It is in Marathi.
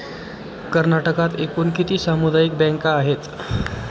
कर्नाटकात एकूण किती सामुदायिक बँका आहेत?